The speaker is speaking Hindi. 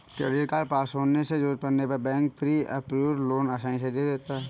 क्रेडिट कार्ड पास होने से जरूरत पड़ने पर बैंक प्री अप्रूव्ड लोन आसानी से दे देता है